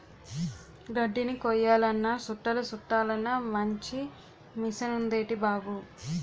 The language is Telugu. గడ్దిని కొయ్యాలన్నా సుట్టలు సుట్టలన్నా మంచి మిసనుందేటి బాబూ